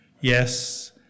Yes